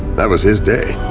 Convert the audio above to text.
that was his day.